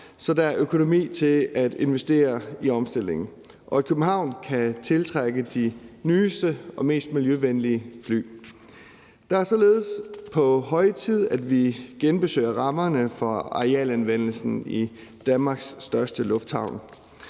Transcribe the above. så der er økonomi til at investere i omstillingen, og at København kan tiltrække de nyeste og mest miljøvenlige fly. Det er således på høje tid, at vi genbesøger rammerne for arealanvendelsen i Danmarks største lufthavn.